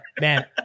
Man